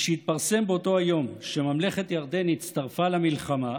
משהתפרסם באותו היום שממלכת ירדן הצטרפה למלחמה,